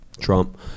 Trump